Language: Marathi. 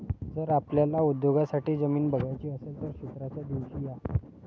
जर आपल्याला उद्योगासाठी जमीन बघायची असेल तर क्षेत्राच्या दिवशी या